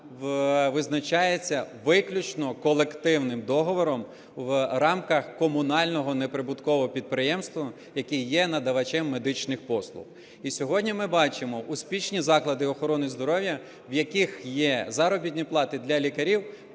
визначається виключно колективним договором в рамках комунального неприбуткового підприємства, який є надавачем медичним послуг. І сьогодні ми бачимо успішні заклади охорони здоров'я, в яких є заробітні плати для лікарів